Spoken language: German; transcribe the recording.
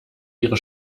ihre